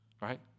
right